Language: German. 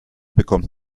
bekommt